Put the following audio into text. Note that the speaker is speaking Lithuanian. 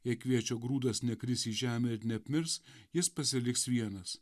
jei kviečio grūdas nekris į žemę ir neapmirs jis pasiliks vienas